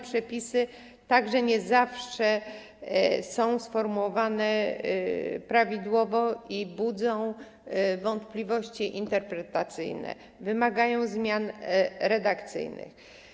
Przepisy nie zawsze są sformułowane prawidłowo i budzą wątpliwości interpretacyjne, wymagają zmian redakcyjnych.